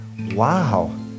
wow